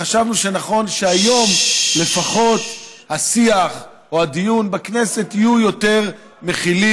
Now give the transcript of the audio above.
חשבנו שנכון שהיום לפחות השיח או הדיון בכנסת יהיה יותר מכיל,